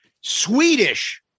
Swedish